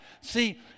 See